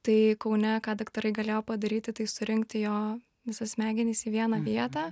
tai kaune ką daktarai galėjo padaryti tai surinkti jo visas smegenis į vieną vietą